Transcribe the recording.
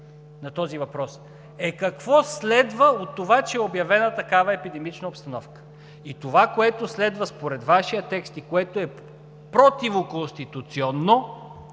на този въпрос, е: какво следва от това, че е обявена такава епидемична обстановка? И това, което следва според Вашия текст, и което е противоконституционно,